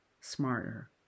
smarter